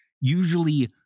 usually